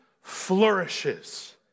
flourishes